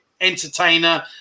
entertainer